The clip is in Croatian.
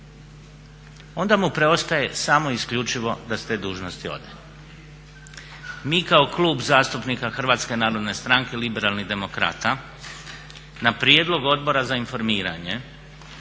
onda mu preostaje samo isključivo da s te dužnosti ode. Mi kao Klub zastupnika HNS-a na prijedlog Odbora za informiranje